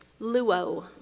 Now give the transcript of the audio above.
luo